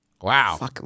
Wow